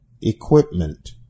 equipment